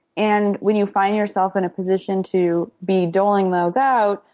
and when you find yourself in a position to be doling those out,